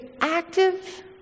active